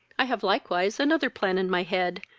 i have likewise another plan in my head,